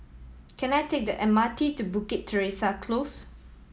can I take the M R T to Bukit Teresa Close